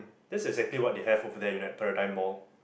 this is exactly what they have at Paradigm Mall